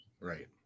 Right